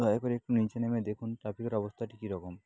দয়া করে একটু নিচে নেমে দেখুন ট্রাফিকের অবস্থাটি কী রকম